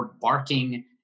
barking